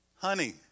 honey